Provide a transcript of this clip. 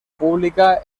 pública